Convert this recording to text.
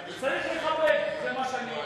וצריך לכבד, זה מה שאני אומר.